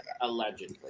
Allegedly